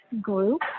group